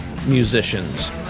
musicians